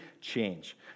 change